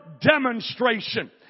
demonstration